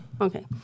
Okay